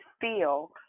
feel